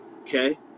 okay